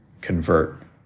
convert